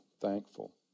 thankful